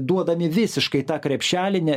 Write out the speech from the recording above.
duodami visiškai tą krepšelį ne